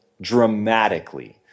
dramatically